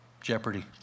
Jeopardy